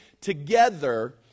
together